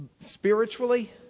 Spiritually